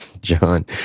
John